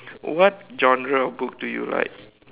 what genre of book do you like